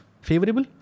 Favorable